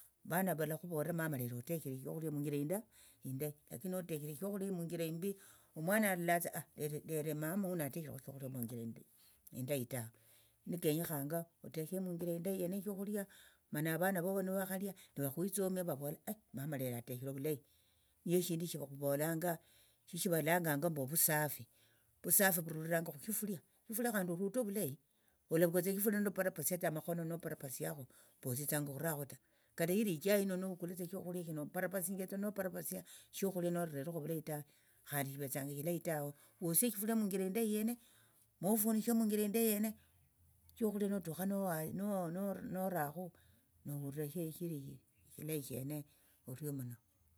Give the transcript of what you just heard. Vana valakhuvolira mama lero oteshere shokhulia munjira inda indayi lakini noteshere shokhulia munjira imbi omwana alolatsa lero mama huno ateshere shokhulia munjira imbi indayi tawe likenykhanga oteshe munjira indayi yene shokhulia mana avana vovo nivakhalia nivakhwitsomia vavola ai mama lero ateshere ovulayi nisho eshindu shava khuvolanga shivalanganga mbu ovusafi ovusafi vuruliranga khushifulia shifulia khandi orute ovulayi olavukulatsa eshifulia noparapasiatsa amakhono noparapasiakho mbu otsitsanga okhurakhu ta kata nili ichai hino novukulatsa eshokhulia shino oparapasinjiatsa noparapasia shokhulia nolarerekhu ovulayi ta khandi shivetsanga eshilayi tawe wosie eshifulia munjira indayi yene mofunishe munjira indayi yene shokhulia notukha nowa norakhu nohulira shili shilahi shene orio muno.